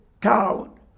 town